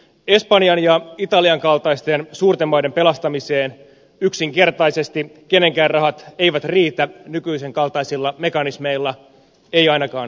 espanjan ja italian kaltaisten suurten maiden pelastamiseen yksinkertaisesti kenenkään rahat eivät riitä nykyisen kaltaisilla mekanismeilla ei ainakaan suomalaisten